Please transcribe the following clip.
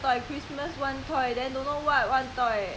they got too many toy already they don't know which one to play